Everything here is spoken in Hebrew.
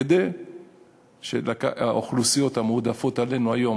כדי שהאוכלוסיות המועדפות עלינו היום